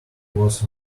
was